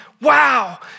Wow